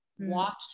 watch